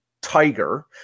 Tiger